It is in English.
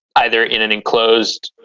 either in an enclosed.